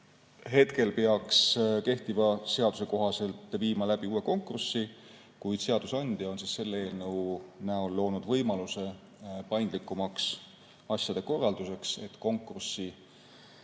Hetkel peaks kehtiva seaduse kohaselt viima läbi uue konkursi, kuid seadusandja on selle eelnõu näol loonud võimaluse paindlikumaks asjade korralduseks. Ehk konkurssi